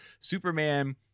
superman